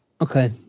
Okay